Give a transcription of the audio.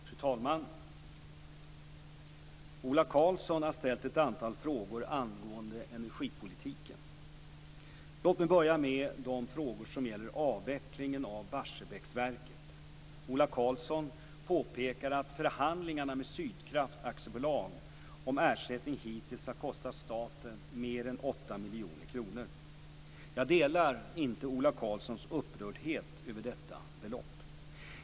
Fru talman! Ola Karlsson har ställt ett antal frågor angående energipolitiken. Låt mig börja med de frågor som gäller avvecklingen av Barsebäcksverket. Ola Karlsson påpekar att förhandlingarna med Sydkraft AB om ersättning hittills har kostat staten mer än 8 miljoner kronor. Jag delar inte Ola Karlssons upprördhet över detta belopp.